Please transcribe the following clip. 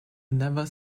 never